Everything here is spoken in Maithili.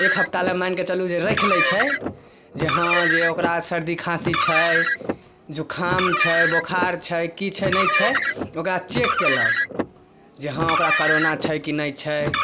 एक हफ्ता लय मानि कऽ चलू जे रैख लै छै जे हँ जे ओकरा सर्दी खाँसी छै जुखाम छै बोखार छै की छै नहि छै ओकरा चेक केलक जे हॅं ओकरा करोना छै कि नहि छै